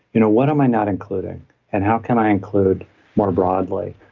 you know what am i not including and how can i include more broadly,